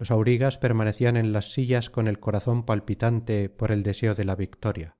los aurigas permanecían en las sillas con el corazón palpitante por el deseo de la victoria